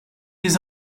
his